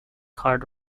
card